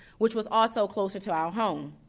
which was also closer to our home.